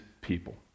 people